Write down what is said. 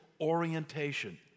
orientation